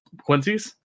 Quincy's